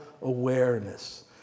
awareness